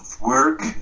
work